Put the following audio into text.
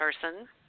person